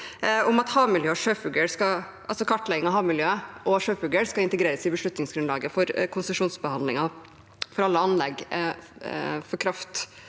for at kartlegging av havmiljøet og sjøfugl skal integreres i beslutningsgrunnlaget for konsesjonsbehandling for alle anlegg for